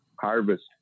harvest